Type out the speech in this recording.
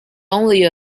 only